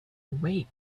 awake